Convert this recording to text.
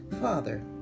Father